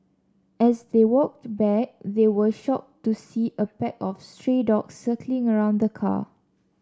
as they walked back they were shocked to see a pack of stray dogs circling around the car